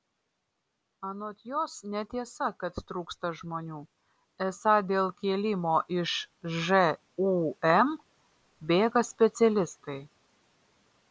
anot jos netiesa kad trūksta žmonių esą dėl kėlimo iš žūm bėga specialistai